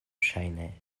ŝajne